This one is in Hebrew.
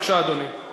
בבקשה, אדוני.